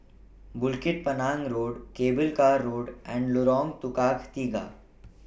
Bukit Panjang Road Cable Car Road and Lorong Tukang Tiga